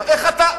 איך אתה,